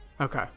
Okay